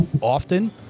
Often